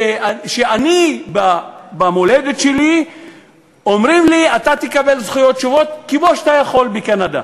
שאני במולדת שלי אומרים לי: אתה תקבל זכויות שוות כמו שאתה יכול בקנדה?